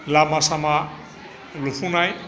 लामा सामा लुफुंनाय